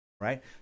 right